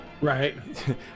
Right